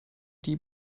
die